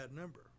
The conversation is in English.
number